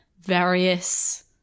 various